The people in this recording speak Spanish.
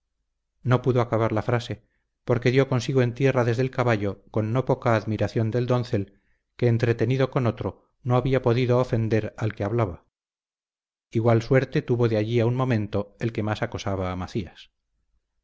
no pudo acabar la frase porque dio consigo en tierra desde el caballo con no poca admiración del doncel que entretenido con otro no había podido ofender al que hablaba igual suerte tuvo de allí a un momento el que más acosaba a macías